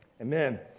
Amen